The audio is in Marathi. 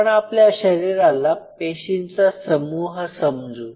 आपण आपल्या शरीराला पेशींचा समूह समजू